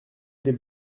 des